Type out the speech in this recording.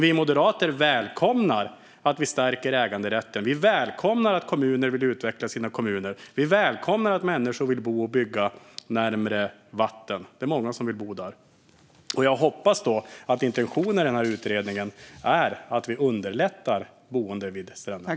Vi moderater välkomnar en stärkt äganderätt, och vi välkomnar att kommuner vill utvecklas. Vi välkomnar att människor vill bo och bygga närmare vatten. Det är många som vill bo så, och jag hoppas att intentionen med den här utredningen är att underlätta boende vid stränder.